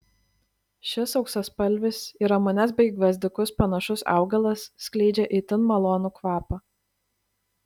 šis auksaspalvis į ramunes bei gvazdikus panašus augalas skleidžia itin malonų kvapą